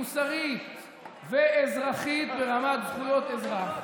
מוסרית ואזרחית ברמת זכויות אזרח,